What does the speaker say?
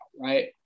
right